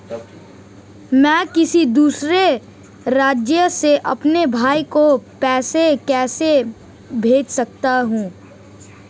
मैं किसी दूसरे राज्य से अपने भाई को पैसे कैसे भेज सकता हूं?